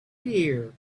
year